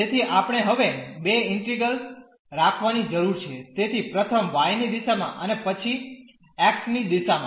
તેથી આપણે હવે બે ઇન્ટિગ્રેલ્સ રાખવાની જરૂર છે તેથી પ્રથમ y ની દિશામાં અને પછી x ની દિશામાં